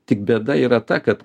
tik bėda yra ta kad